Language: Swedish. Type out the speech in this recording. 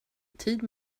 tid